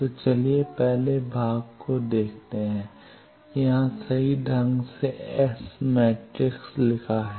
तो चलिए पहले भाग को देखते हैं कि यहाँ सही ढंग से S मैट्रिक्स लिखा है